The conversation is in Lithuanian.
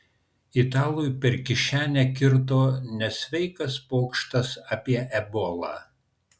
italui per kišenę kirto nesveikas pokštas apie ebolą